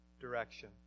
direction